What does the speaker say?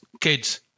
kids